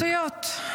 אוקיי, שטויות.